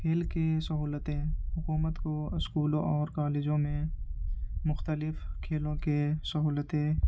کھیل کے سہولتیں حکومت کو اسکولوں اور کالجوں میں مختلف کھیلوں کے سہولتیں